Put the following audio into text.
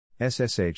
SSH